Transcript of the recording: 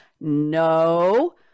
no